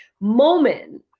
moment